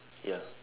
ya